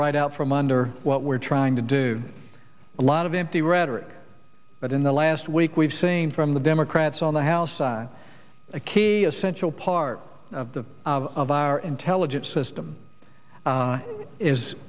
right out from under what we're trying to do a lot of empty rhetoric but in the last week we've seen from the democrats on the house side a kidney essential part of the of our intelligence system is is